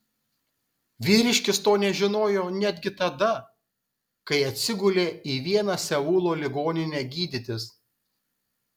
vyriškis to nežinojo netgi tada kai atsigulė į vieną seulo ligoninę gydytis